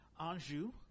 Anjou